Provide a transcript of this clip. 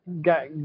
got